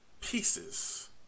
Pieces